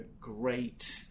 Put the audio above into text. great